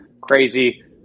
Crazy